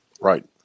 Right